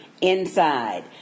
inside